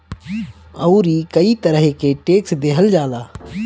अउरी कई तरह के टेक्स देहल जाला